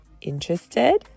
Interested